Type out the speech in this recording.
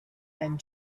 and